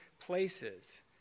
places